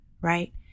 right